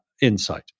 insight